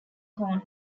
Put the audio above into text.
cornwall